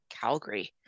Calgary